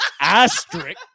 asterisk